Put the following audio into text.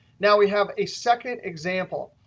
now, we have a second example.